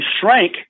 shrank